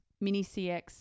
mini-CX